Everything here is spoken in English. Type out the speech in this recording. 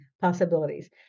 possibilities